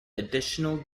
additional